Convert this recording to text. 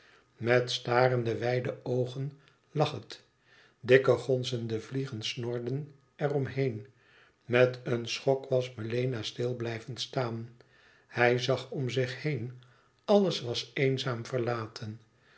met starende wijde oogen lag het dikke gonzende vliegen snorden er om heen met een schok was melena stil blijven staan hij zag om zich heen alles was eenzaam verlaten